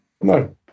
No